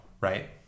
right